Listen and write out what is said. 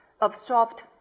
absorbed